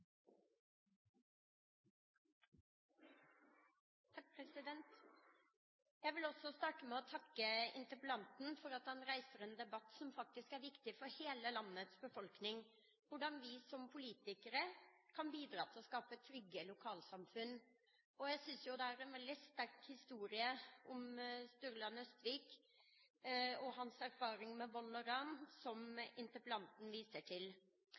viktig for hele landets befolkning: hvordan vi som politikere kan bidra til å skape trygge lokalsamfunn. Jeg synes det er en veldig sterk historie om Sturla Nøstvik og hans erfaring med vold og ran som interpellanten viser til.